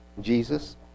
Jesus